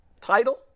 title